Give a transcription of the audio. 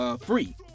Free